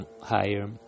higher